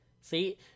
see